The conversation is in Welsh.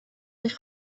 eich